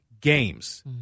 games